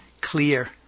clear